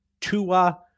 Tua